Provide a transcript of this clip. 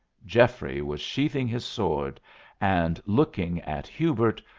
geoffrey was sheathing his sword and looking at hubert,